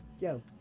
Yo